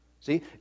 See